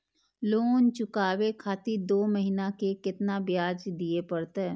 Loan चुकाबे खातिर दो महीना के केतना ब्याज दिये परतें?